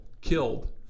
killed